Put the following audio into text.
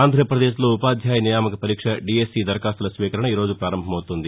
ఆంధ్రప్రదేశ్లో ఉపాధ్యాయ నియామక పరీక్ష డీఎస్సీ దరఖాస్తుల స్వీకరణ ఈరోజు ప్రపారంభమవుతుంది